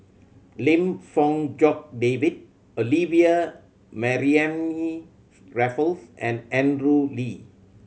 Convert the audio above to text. Lim Fong Jock David Olivia Mariamne Raffles and Andrew Lee